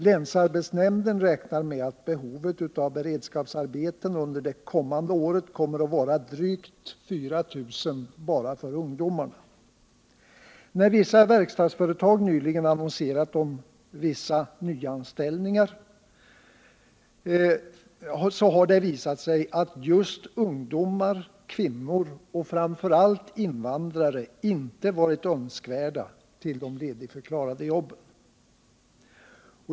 Länsarbetsnämnden räknar med att behovet av beredskapsarbeten under det kommande året kommer att vara drygt 4000 bara för ungdomarna. När vissa verkstadsföretag nyligen annonserat om vissa nyanställningar har det visat sig att just ungdomar, kvinnor och framför allt invandrare inte varit önskvärda till de ledigförklarade jobben.